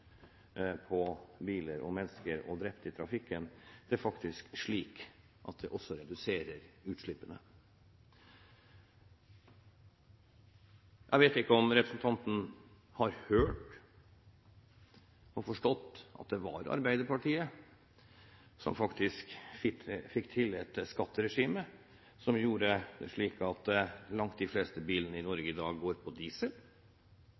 på biler og mennesker og drepte i trafikken. Det er faktisk slik at det også reduserer utslippene. Jeg vet ikke om representanten har hørt og forstått at det var Arbeiderpartiet som fikk til et skatteregime som gjorde det slik at langt de fleste bilene i dag går på diesel.